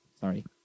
Sorry